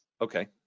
Okay